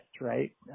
right